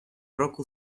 roku